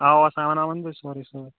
آوا اوا سامان أنۍ زیو سورُے سۭتۍ